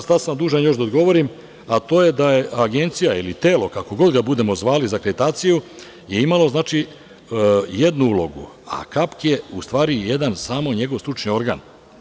Ostao sam dužan još da odgovorim, a to je da je agencija ili telo, kako god ga budemo zvali za akreditaciju, je imalo jednu ulogu, a KAP je jedan njegov stručni organ.